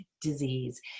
disease